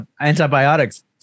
antibiotics